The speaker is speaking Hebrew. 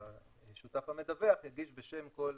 השותף המדווח יגיש בשם כל